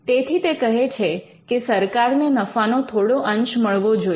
તેથી તે કહે છે કે સરકારને નફાનો થોડો અંશ મળવો જોઈએ